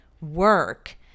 work